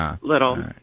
little